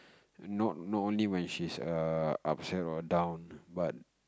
not not only when she's err upset or down but